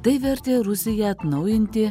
tai vertė rusiją atnaujinti